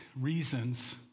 reasons